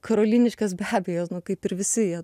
karoliniškės be abejo nu kaip ir visi jie